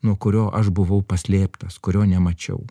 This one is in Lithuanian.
nuo kurio aš buvau paslėptas kurio nemačiau